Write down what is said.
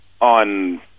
on